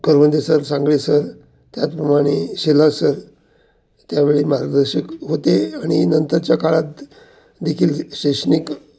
करवंदे sir Sangle sir त्याचप्रमाणे Shelar sir त्यावेळी मार्गदर्शक होते आणि नंतरच्या काळात देखील शैक्षणिक